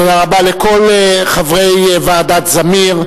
תודה רבה לכל חברי ועדת-זמיר,